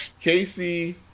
Casey